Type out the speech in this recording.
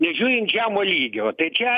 nežiūrint žemo lygio tai čia